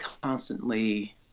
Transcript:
constantly